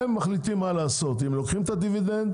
הם מחליטים מה לעשות אם לוקחים את הדיבידנד